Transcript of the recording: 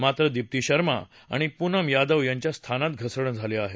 मात्र दिप्ती शर्मा आणि प्नम यादव यांच्या स्थानात घसरण झाली आहे